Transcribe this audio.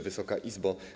Wysoka Izbo!